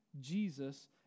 Jesus